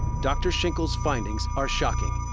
dr. tschinkel's findings are shocking.